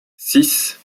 six